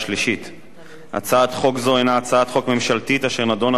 הצעת חוק זו היא הצעת חוק ממשלתית אשר נדונה בכנסת ועברה בקריאה ראשונה